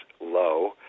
low